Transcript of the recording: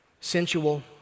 sensual